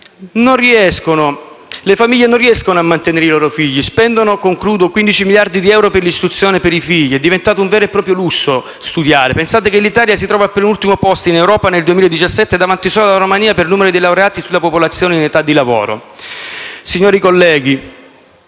Le famiglie non riescono a mantenere i loro figli. Spendono 15 miliardi di euro per l'istruzione dei figli: studiare è diventato un vero e proprio lusso. Pensate che l'Italia si trova al penultimo posto in Europa nel 2017, davanti solo alla Romania, per numero di laureati sulla popolazione in età di lavoro. Signori colleghi,